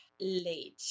late